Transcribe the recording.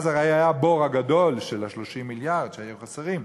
אז הרי היה הבור הגדול של ה-30 מיליארד שהיו חסרים.